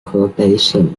河北省